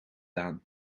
aan